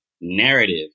narrative